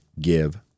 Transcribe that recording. give